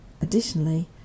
Additionally